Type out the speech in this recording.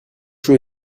jeu